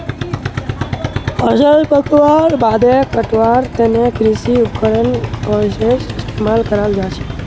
फसल पकवार बादे कटवार तने कृषि उपकरण हार्वेस्टरेर इस्तेमाल कराल जाछेक